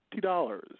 $20